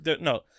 no